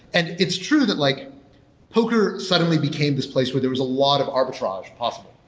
and it's true that like poker suddenly became this place where there was a lot of arbitrage possible.